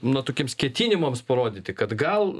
na tokiems ketinimams parodyti kad gal